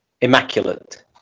immaculate